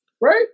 right